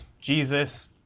Jesus